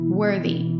worthy